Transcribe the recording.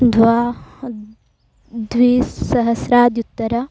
द्वा द्विसहस्रादुत्तरस्य